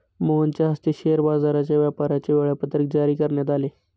मोहनच्या हस्ते शेअर बाजाराच्या व्यापाराचे वेळापत्रक जारी करण्यात आले